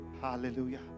hallelujah